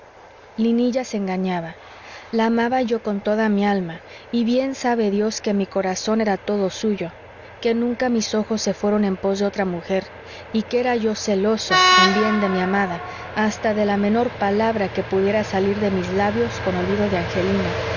se engañaba la amaba yo con toda mi alma y bien sabe dios que mi corazón era todo suyo que nunca mis ojos se fueron en pos de otra mujer y que era yo celoso en bien de mi amada hasta de la menor palabra que pudiera salir de mis labios con olvido de angelina